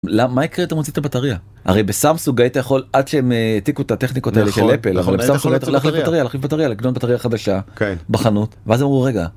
מה יקרה אם אתה מוציא את הבטריה? הרי בסמסונג היית יכול עד שהם העתיקו את הטכניקות האלה של אפל בטריה היית יכול לקנות בטריה חדשה בחנות ואז הוא רגע.